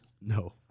No